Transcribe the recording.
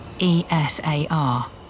E-S-A-R